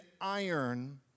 iron